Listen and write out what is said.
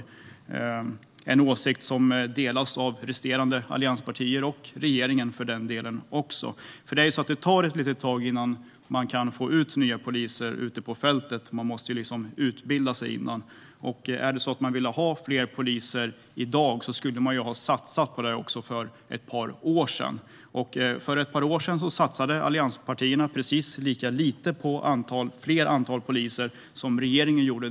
Det är en åsikt som delas av resterande allianspartier - och för den delen också av regeringen. Det är ju så att det tar ett litet tag innan man kan få ut nya poliser på fältet; de måste utbildas först. Hade man velat ha fler poliser i dag skulle man ha satsat på det för ett par år sedan. För ett par år sedan satsade allianspartierna precis lika lite på att öka antalet poliser som regeringen gjorde.